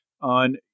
on